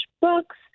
books